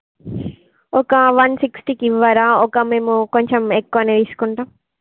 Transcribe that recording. ఒక వన్ సిక్స్టీకి కి ఇవ్వరా ఒక మేము కొంచెం ఎక్కువనే తీసుకుంటాం